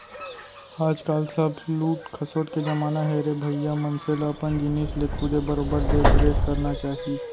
आज काल सब लूट खसोट के जमाना हे रे भइया मनसे ल अपन जिनिस ल खुदे बरोबर देख रेख करना चाही